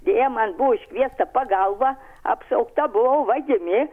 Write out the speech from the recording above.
deja man buvo iškviesta pagalba apšaukta buvau vagimi